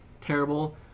terrible